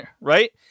right